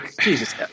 Jesus